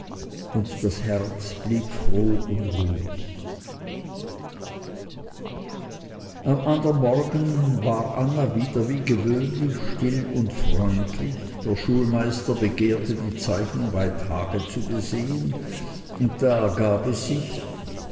und das herz blieb froh und ruhig am andern morgen war anna wieder wie gewöhnlich still und freundlich der schulmeister begehrte die zeichnung bei tage zu besehen und da ergab es sich